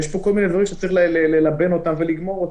יש פה כל מיני דברים שצריך ללבן אותם ולגמור אותם.